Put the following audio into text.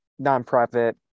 nonprofit